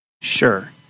Sure